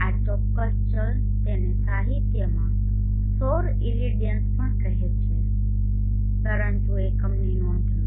આ ચોક્કસ ચલ તેને સાહિત્યમાં સૌર ઇરેડિયન્સ પણ કહેવામાં આવે છે પરંતુ એકમની નોંધ લો